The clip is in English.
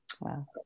Wow